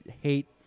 hate